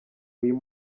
uyu